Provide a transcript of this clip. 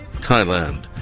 Thailand